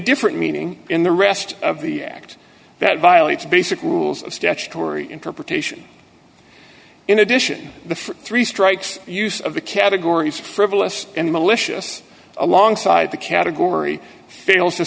different meaning in the rest of the act that violates basic rules of statutory interpretation in addition the three strikes use of the categories frivolous and malicious alongside the category fails to